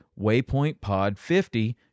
waypointpod50